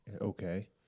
okay